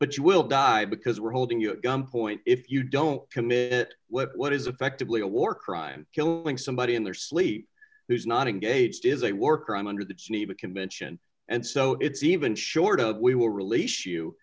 but you will die because we're holding your point if you don't commit what is effectively a war crime killing somebody in their sleep who's not engaged is a war crime under the geneva convention and so it's even short of we will release you